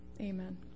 amen